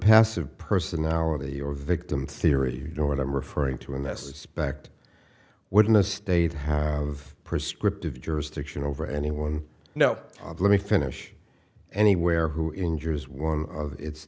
passive personality or victim theory you know what i'm referring to in this respect would in a state have prescriptive jurisdiction over anyone no let me finish anywhere who injures one of its